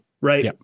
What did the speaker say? right